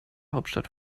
hauptstadt